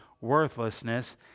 worthlessness